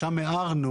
שם הערנו